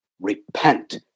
repent